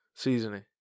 Seasoning